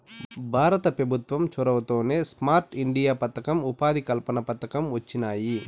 భారత పెభుత్వం చొరవతోనే స్మార్ట్ ఇండియా పదకం, ఉపాధి కల్పన పథకం వొచ్చినాయి